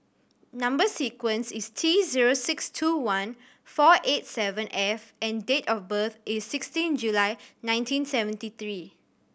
number sequence is T zero six two one four eight seven F and date of birth is sixteen July nineteen seventy three